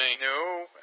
No